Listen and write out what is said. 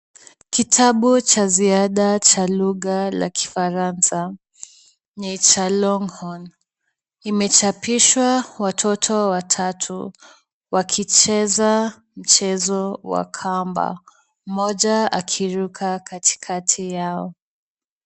Kitabu cha ziada cha lugha la Kifaransa ni cha Longhorn. Imechapishwa watoto watatu wakicheza mchezo wa kamba, mmoja akiruka katikati yao.